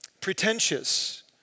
pretentious